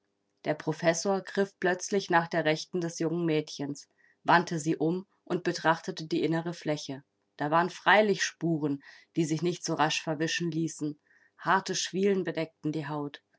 der professor griff plötzlich nach der rechten des jungen mädchens wandte sie um und betrachtete die innere fläche da waren freilich spuren die sich nicht so rasch verwischen ließen harte schwielen bedeckten die haut